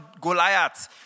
Goliath